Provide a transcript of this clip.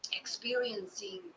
experiencing